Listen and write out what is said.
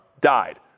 died